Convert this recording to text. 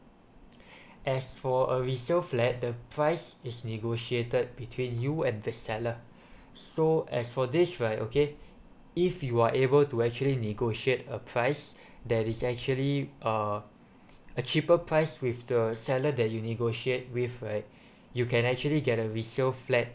as for a resale flat the price is negotiated between you and the seller so as for this right okay if you are able to actually negotiate a price that is actually uh a cheaper price with the seller that you negotiate with right you can actually get a resale flat